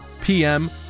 PM